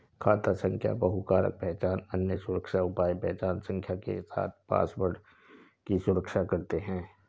खाता संख्या बहुकारक पहचान, अन्य सुरक्षा उपाय पहचान संख्या के साथ पासवर्ड की सुरक्षा करते हैं